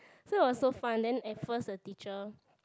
so it was so fun then at first the teacher